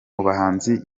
mubahanzi